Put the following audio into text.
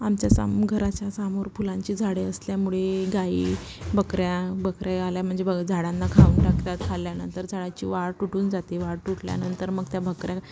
आमच्या साम घराच्या समोर फुलांची झाडे असल्यामुळे गाई बकऱ्या बकऱ्या आल्या म्हणजे बघा झाडांना खाऊन टाकतात खाल्ल्यानंतर झाडाची वाढ तुटून जाते वाढ तुटल्यानंतर मग त्या बकऱ्या